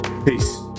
Peace